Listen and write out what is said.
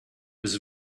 was